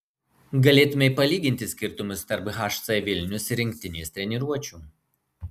galėtumei palyginti skirtumus tarp hc vilnius ir rinktinės treniruočių